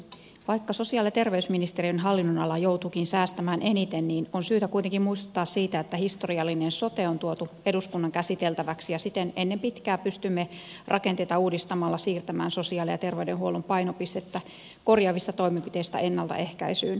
vaikka sosiaali ja terveysministeriön hallinnonala joutuukin säästämään eniten niin on syytä kuitenkin muistuttaa siitä että historiallinen sote on tuotu eduskunnan käsiteltäväksi ja siten ennen pitkää pystymme rakenteita uudistamalla siirtämään sosiaali ja terveydenhuollon painopistettä korjaavista toimenpiteistä ennaltaehkäisyyn